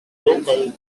local